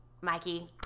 Mikey